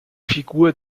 figur